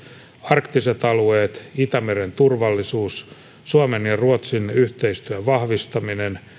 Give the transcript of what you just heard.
arktiset alueet itämeren turvallisuus suomen ja ruotsin yhteistyön vahvistaminen